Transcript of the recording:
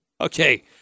Okay